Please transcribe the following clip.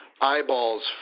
eyeballs